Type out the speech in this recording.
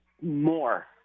more